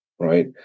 Right